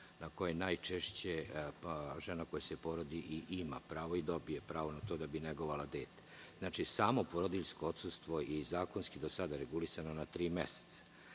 na koje najčešće žena koja se porodi i ima pravo i dobije pravo na to da bi negovala dete. Znači, i samo porodiljsko odsustvo je i zakonski do sada regulisano na tri meseca. Prema